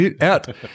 out